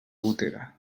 gotera